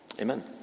Amen